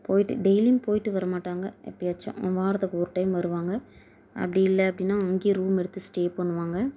போய்ட்டு டெய்லியும் போய்ட்டு வரமாட்டாங்க எப்போயாச்சும் வாரத்துக்கு ஒரு டைம் வருவாங்க அப்படி இல்லை அப்படின்னா அங்கேயே ரூம் எடுத்து ஸ்டே பண்ணுவாங்க